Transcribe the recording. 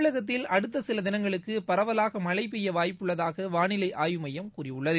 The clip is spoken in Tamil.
தமிழகத்தில் அடுத்த சில தினங்களுக்கு பரவலாக மனழ பெய்ய வாய்ப்பு உள்ளதாக வானிலை ஆய்வு மையம் கூறியுள்ளது